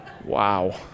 Wow